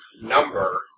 number